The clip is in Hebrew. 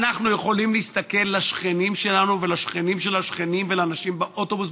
אנחנו יכולים להסתכל לשכנים שלנו ולשכנים של השכנים ולאנשים באוטובוס,